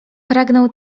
pragnął